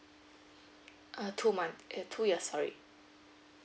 uh two month eh two years sorry